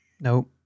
Nope